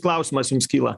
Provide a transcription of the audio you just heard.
klausimas jums kyla